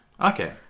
Okay